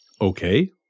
Okay